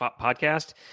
podcast